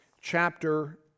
chapter